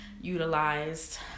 utilized